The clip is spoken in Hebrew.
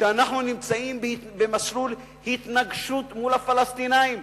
שאנחנו נמצאים במסלול התנגשות מול הפלסטינים.